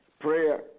Prayer